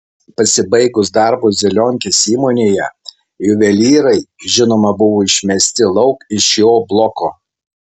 pasibaigus darbui zelionkės įmonėje juvelyrai žinoma buvo išmesti lauk iš jo bloko